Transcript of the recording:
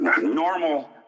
normal